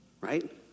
right